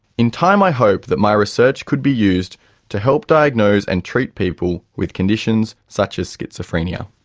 in time i hope that my research could be used to help diagnose and treat people with conditions such as schizophrenia.